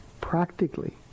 practically